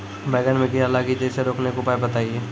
बैंगन मे कीड़ा लागि जैसे रोकने के उपाय बताइए?